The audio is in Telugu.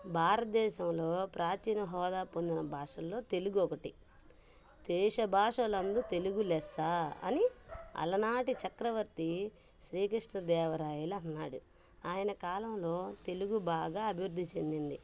భారతదేశంలో ప్రాచీన హోదా పొందిన భాషల్లో తెలుగు ఒకటి దేశ భాషలందు తెలుగు లెస్సా అని అలనాటి చక్రవర్తి శ్రీకృష్ణదేవరాయలు అన్నాడు ఆయన కాలంలో తెలుగు బాగా అభివృద్ధి చెందింది